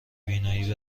بینایی